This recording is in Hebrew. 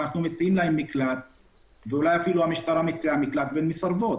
אנחנו או המשטרה מציעים להן מקלט והן מסרבות.